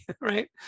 right